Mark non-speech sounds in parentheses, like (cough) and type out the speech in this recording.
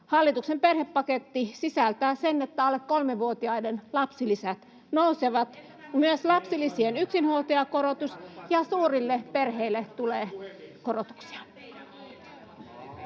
hallituksen perhepaketti sisältää sen, että alle kolmevuotiaiden lapsilisät nousevat. (noise) Tulee myös lapsilisien yksinhuoltajakorotus, ja suurille perheille tulee korotuksia.